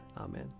Amen